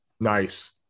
Nice